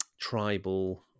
tribal